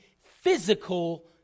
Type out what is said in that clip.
physical